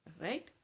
Right